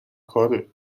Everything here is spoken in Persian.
کاره